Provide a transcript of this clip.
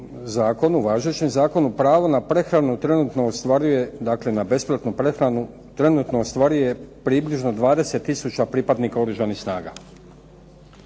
dakle na besplatnu prehranu trenutno ostvaruje približno 20 tisuća pripadnika Oružanih snaga.